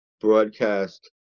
broadcast